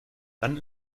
dann